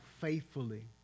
faithfully